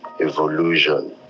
evolution